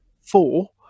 four